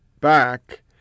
back